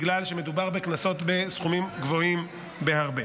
בגלל שמדובר בקנסות בסכומים גבוהים בהרבה.